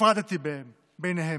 הפרדתי ביניהם,